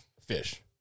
fish